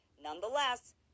Nonetheless